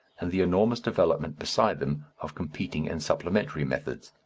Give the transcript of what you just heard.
and the enormous development beside them of competing and supplementary methods.